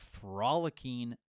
frolicking